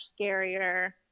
scarier